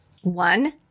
One